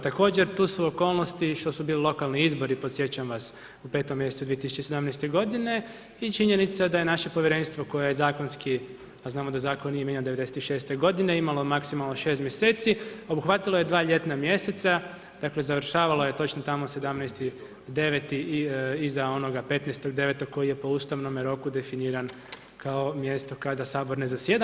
Također, tu su okolnosti što su bili lokalni izbori, podsjećam vas u 5. mjesecu 2017. godine i činjenica da je naše Povjerenstvo koje je zakonski, a znamo da Zakon nije mijenjan od 1996. godine, imalo maksimalno 6 mjeseci, obuhvatilo je 2 ljetna mjeseca, dakle, završavalo je točno tamo 17.9., iza onoga 15.9. koje je po ustavnome roku definiran kao mjesto kada Sabor ne zasjeda.